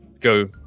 go